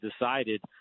decided –